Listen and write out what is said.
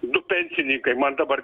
du pensininkai man dabar